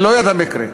זה לא יד המקרה.